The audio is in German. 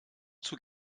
zur